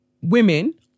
women